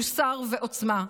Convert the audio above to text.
מוסר ועוצמה.